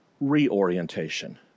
reorientation